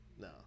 no